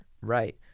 Right